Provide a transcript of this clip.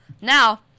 Now